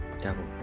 devil